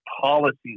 policies